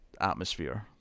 atmosphere